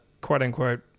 quote-unquote